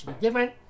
different